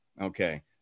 okay